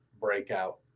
breakout